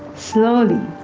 slowly,